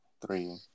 three